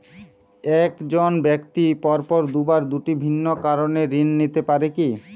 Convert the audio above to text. এক জন ব্যক্তি পরপর দুবার দুটি ভিন্ন কারণে ঋণ নিতে পারে কী?